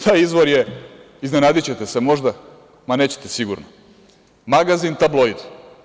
Taj izvor je, iznenadićete se možda, ma nećete sigurno, magazin „Tabloid“